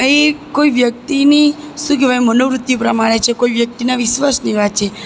એ કોઈ વ્યક્તિની શું કહેવાય મનોવૃત્તિ પ્રમાણે છે કોઈ વ્યક્તિના વિશ્વાસની વાત છે